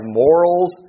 morals